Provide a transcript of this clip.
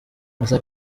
gusa